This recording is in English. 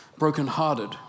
Brokenhearted